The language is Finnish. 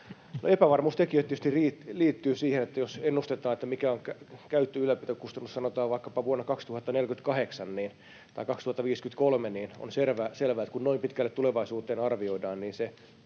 Epävarmuustekijöitä tietysti liittyy siihen, kun ennustetaan, mikä on käyttöylläpitokustannus sanotaan vaikkapa vuonna 2048 tai 2053. On selvä, että kun noin pitkälle tulevaisuuteen arvioidaan, niin se